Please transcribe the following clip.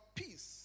peace